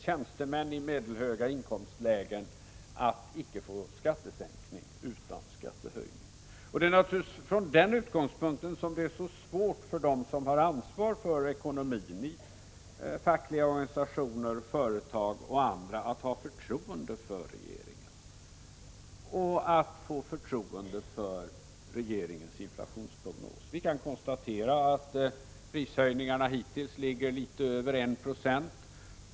tjänstemän i medelhöga inkomstlägen att icke få någon skattesänkning utan en skattehöjning. Från den utgångspunkten är det naturligtvis svårt för dem som har ansvar för ekonomin i fackliga organisationer, företag och andra att ha förtroende för regeringen och för regeringens inflationsprognos. Vi kan bara konstatera att prishöjningarna hittills ligger litet över 1 90.